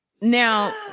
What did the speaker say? now